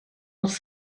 els